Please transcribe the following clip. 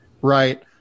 right